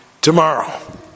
tomorrow